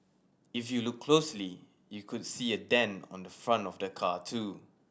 if you look closely you could see a dent on the front of the car too